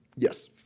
Yes